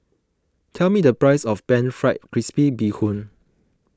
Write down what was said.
tell me the price of Pan Fried Crispy Bee Hoon